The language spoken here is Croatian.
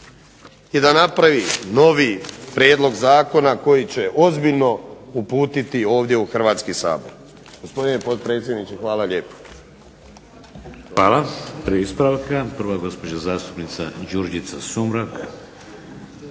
i da napravi novi prijedlog zakona koji će ozbiljno uputiti ovdje u Hrvatski sabor. Gospodine potpredsjedniče hvala lijepo. **Šeks, Vladimir (HDZ)** Hvala. Tri ispravka. Prva gospođa zastupnica Đurđica Sumrak.